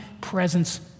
presence